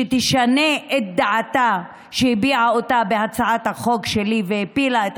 שתשנה את הדעה שהביעה בהצעת החוק שלי והפילה את